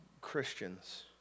Christians